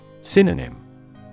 Synonym